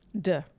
duh